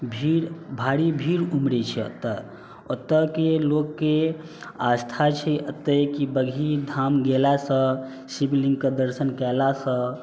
भीड़ भारी भीड़ उमड़ै छै ओतऽ ओतऽके लोकके आस्था छै एतऽ कि बगही धाम गेलासँ शिवलिङ्गके दर्शन कएलासँ